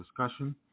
discussion